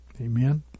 Amen